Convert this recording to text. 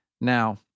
Now